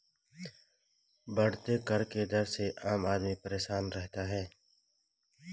बढ़ते कर के दर से आम आदमी परेशान रहता है